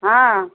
ହଁ